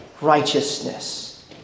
righteousness